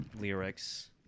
lyrics